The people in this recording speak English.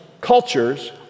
cultures